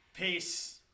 Peace